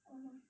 mmhmm